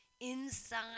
inside